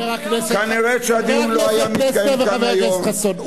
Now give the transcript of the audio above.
חבר הכנסת פלסנר וחבר הכנסת חסון,